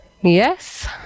yes